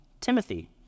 Timothy